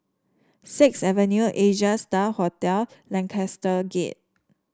Sixth Avenue Asia Star Hotel Lancaster Gate